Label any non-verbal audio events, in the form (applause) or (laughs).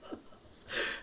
(laughs)